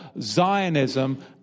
zionism